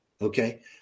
okay